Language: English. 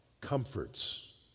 comforts